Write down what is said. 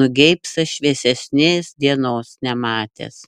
nugeibsta šviesesnės dienos nematęs